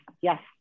yes